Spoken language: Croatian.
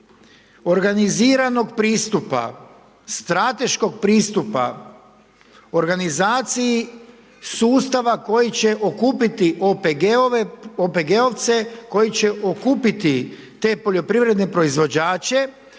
organiziranog pristupa, strateškog pristupa, organizaciji sustava koji će okupiti OPG-ove, OPG-ovce koji će okupiti te poljoprivredne proizvođače